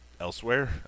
elsewhere